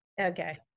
Okay